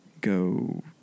go